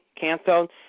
Canceled